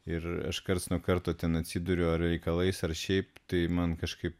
ir aš karts nuo karto ten atsiduriu ar reikalais ar šiaip tai man kažkaip